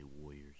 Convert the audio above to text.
Warriors